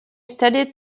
studied